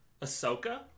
Ahsoka